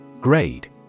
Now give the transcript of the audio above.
Grade